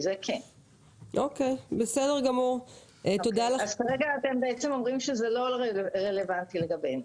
אז כרגע אתם אומרים שזה לא רלוונטי לגבינו?